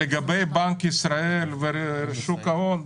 לגבי בנק ישראל ושוק ההון,